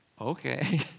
okay